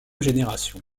génération